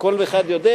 וכל אחד יודע.